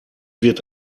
wird